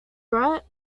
brett